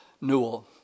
Newell